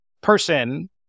person